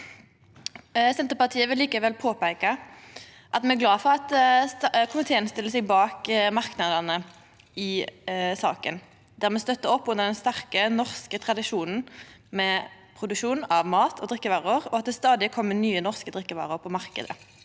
Senterpartiet vil likevel påpeika at me er glade for at komiteen stiller seg bak merknadene i saka. Me støttar opp under den sterke norske tradisjonen med produksjon av mat- og drikkevarer, og at det stadig kjem nye norske drikkevarer på marknaden,